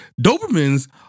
Dobermans